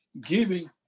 giving